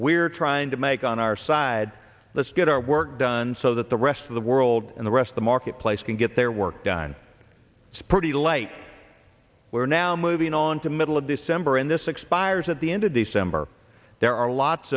we're trying to make on our side let's get our work done so that the rest of the world and the rest the marketplace can get their work done it's pretty like we're now moving on to middle of december in this expires at the end of december there are lots